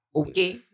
okay